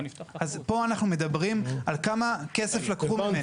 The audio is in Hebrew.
אז פה אנחנו מדברים על כמה כסף לקחו ממני.